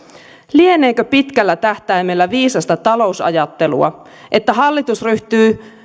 lieneekö pitkällä tähtäimellä viisasta talousajattelua että hallitus ryhtyy